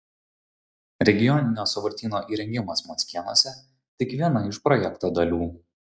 regioninio sąvartyno įrengimas mockėnuose tik viena iš projekto dalių